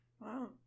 Wow